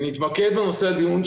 אני אתמקד בנושא הדיון,